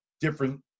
different